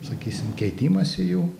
sakysim keitimąsi jų